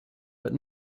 but